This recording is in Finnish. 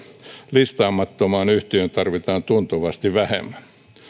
listaamattomaan yhtiöön tarvitaan tuntuvasti vähemmän